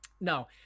no